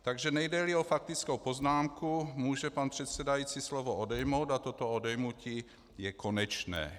Takže nejdeli o faktickou poznámku, může pan předsedající slovo odejmout a toto odejmutí je konečné.